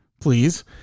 please